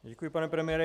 Děkuji, pane premiére.